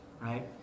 right